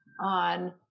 on